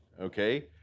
okay